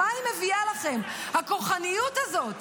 מה היא מביאה לכם, הכוחניות הזאת?